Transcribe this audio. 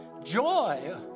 Joy